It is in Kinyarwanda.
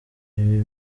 ibi